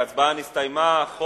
הוראת שעה לגבי שנות המס 2007,